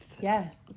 Yes